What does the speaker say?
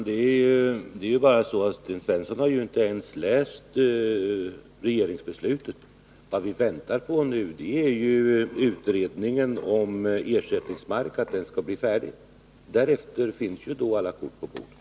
Herr talman! Sten Svensson har inte ens läst regeringens beslut. Vad vi nu väntar på är att utredningen om ersättningsmark skall bli färdig. Därefter finns alla kort på bordet.